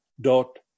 dot